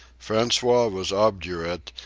francois was obdurate,